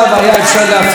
עד עכשיו היה אפשר להפריע.